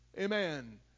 Amen